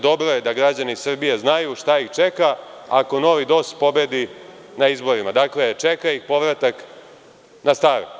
Dobro je da građani Srbije znaju šta ih čeka ako novi DOS pobedi na izborima, dakle, čeka ih povratak na staro.